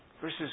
versus